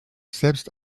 selbst